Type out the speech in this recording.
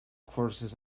courses